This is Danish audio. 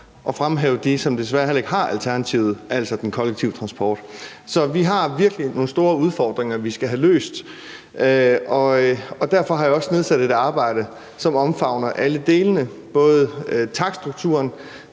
at fremhæve dem, som desværre heller ikke har alternativet, altså den kollektive transport. Så vi har virkelig nogle store udfordringer, som vi skal have løst, og derfor har jeg også igangsat et arbejde, som omfavner alle delene, både takststrukturen